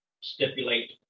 stipulate